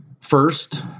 first